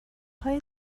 های